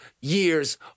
years